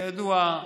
כידוע,